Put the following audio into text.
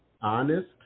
honest